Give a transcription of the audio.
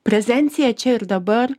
prezencija čia ir dabar